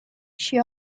she